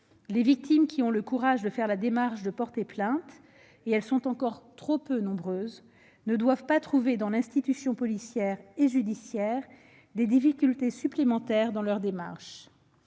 Les victimes qui ont le courage de faire la démarche de porter plainte, et elles sont encore trop peu nombreuses, ne doivent pas rencontrer dans l'institution policière et judiciaire des difficultés supplémentaires. Attention à ne